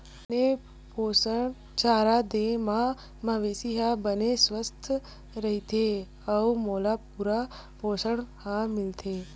बने पोसक चारा दे म मवेशी ह बने सुवस्थ रहिथे अउ ओला पूरा पोसण ह मिलथे